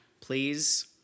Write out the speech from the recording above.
Please